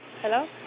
Hello